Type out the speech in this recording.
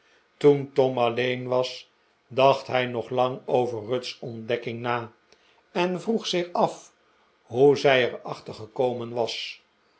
toen tom alleen was dacht hij nog lang over ruth's ontdekking naen vroeg zich af hoe zij er achter gekomen was